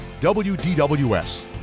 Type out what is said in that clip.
WDWS